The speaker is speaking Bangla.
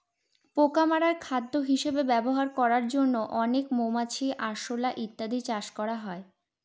পোকা মাকড় খাদ্য হিসেবে ব্যবহার করার জন্য অনেক মৌমাছি, আরশোলা ইত্যাদি চাষ করা হয়